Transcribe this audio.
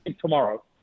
tomorrow